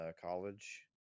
college